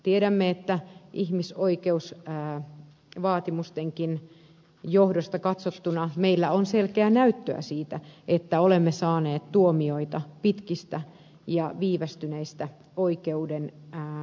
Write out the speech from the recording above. tiedämme että ihmisoikeusvaatimustenkin johdosta katsottuna meillä on selkeää näyttöä siitä että olemme saaneet tuomioita pitkistä ja viivästyneistä oikeuskäsittelyistä